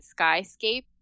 skyscape